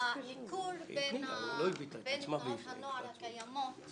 הניכור בין תנועות הנוער הקיימות,